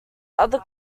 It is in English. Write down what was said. other